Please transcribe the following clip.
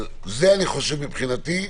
זה מבחינתי,